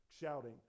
shouting